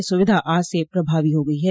यह सुविधा आज से प्रभावी हो गयी है